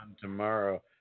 tomorrow